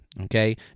Okay